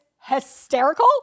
hysterical